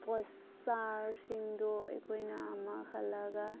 ꯄꯣꯠ ꯆꯥꯔꯁꯤꯡꯗꯣ ꯑꯩꯈꯣꯏꯅ ꯑꯃꯨꯛ ꯍꯜꯂꯒ